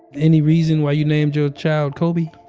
any reason why you named your child kobe?